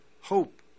hope